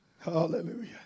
Hallelujah